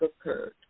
occurred